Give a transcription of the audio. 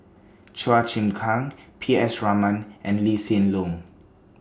Chua Chim Kang P S Raman and Lee Hsien Loong